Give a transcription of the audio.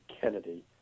Kennedy